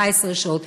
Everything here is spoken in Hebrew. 14 שעות,